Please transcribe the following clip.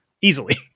easily